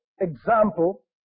example